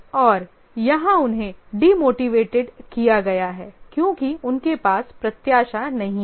और यहाँ उन्हें demotivated किया गया है क्योंकि उनके पास प्रत्याशा नहीं है